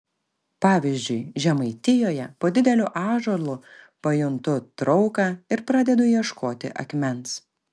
pavyzdžiui žemaitijoje po dideliu ąžuolu pajuntu trauką ir pradedu ieškoti akmens